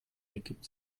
ergibt